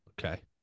Okay